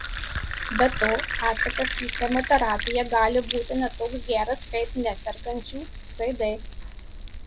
be to atsakas į chemoterapiją gali būti ne toks geras kaip nesergančių cd